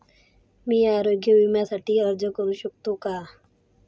मी आरोग्य विम्यासाठी अर्ज करू शकतो का?